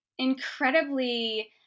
incredibly